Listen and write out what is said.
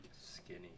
skinny